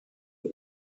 und